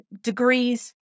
degrees